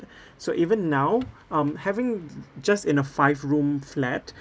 so even now um having just in a five room flat